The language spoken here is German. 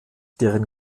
deren